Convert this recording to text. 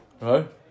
Right